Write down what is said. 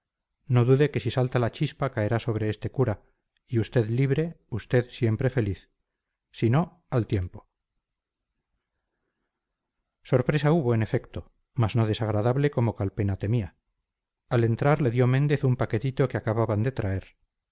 no dude que si salta la chispa caerá sobre este cura y usted libre usted siempre feliz si no al tiempo sorpresa hubo en efecto mas no desagradable como calpena temía al entrar le dio méndez un paquetito que acababan de traer